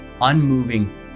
unmoving